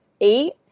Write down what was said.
eight